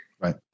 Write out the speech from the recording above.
Right